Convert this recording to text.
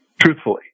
truthfully